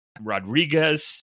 Rodriguez